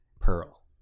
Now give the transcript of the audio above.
Pearl